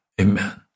Amen